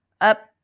up